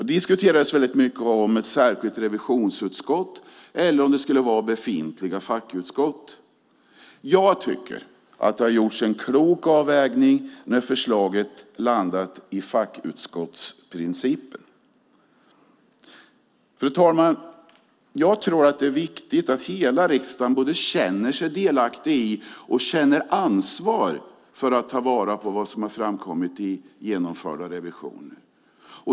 Det diskuterades väldigt mycket om ett särskilt revisionsutskott eller om det skulle vara befintliga fackutskott. Jag tycker att det har gjorts en klok avvägning när förslaget har landat i fackutskottsprincipen. Fru talman! Jag tror att det är viktigt att hela riksdagen både känner sig delaktig i och känner ansvar för att ta vara på vad som har framkommit i genomförda revisioner.